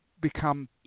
become